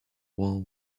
while